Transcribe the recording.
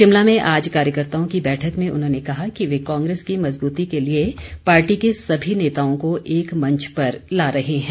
शिमला में आज कार्यकर्ताओं की बैठक में उन्होंने कहा कि वे कांग्रेस की मजबूती के लिए पार्टी के सभी नेताओं को एक मंच पर ला रहे हैं